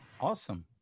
Awesome